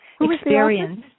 experience